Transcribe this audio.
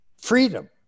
freedom